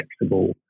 flexible